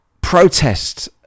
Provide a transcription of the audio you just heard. protest